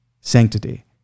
sanctity